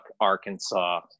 Arkansas